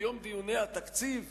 ביום דיוני התקציב,